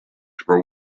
for